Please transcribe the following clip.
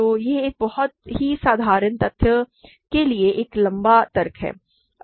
तो यह एक बहुत ही साधारण तथ्य के लिए एक लंबा तर्क है